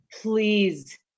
please